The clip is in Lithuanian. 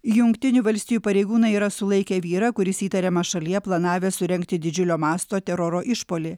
jungtinių valstijų pareigūnai yra sulaikę vyrą kuris įtariamas šalyje planavęs surengti didžiulio masto teroro išpuolį